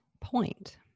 point